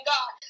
God